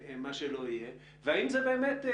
והאם זה באמת?